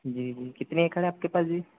जी जी कितने एकड़ आपके पास जी